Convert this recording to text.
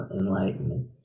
enlightenment